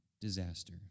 disaster